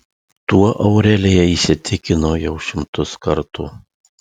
tuo aurelija įsitikino jau šimtus kartų